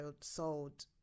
sold